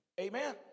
Amen